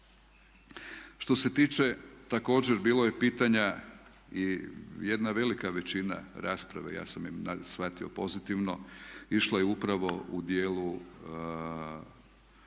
Što se tiče također, bilo je pitanja i jedna velika većina rasprave, ja sam je shvatio pozitivno, išla je upravo u dijelu